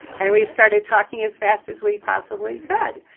and we started talking as fast as we possibly could.